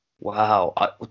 Wow